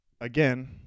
Again